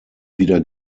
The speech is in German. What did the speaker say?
wieder